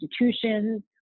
institutions